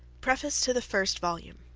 preface to the first volume.